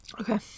Okay